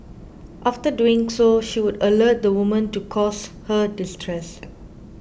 after doing so she would alert the woman to cause her distress